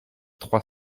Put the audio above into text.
trois